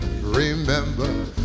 remember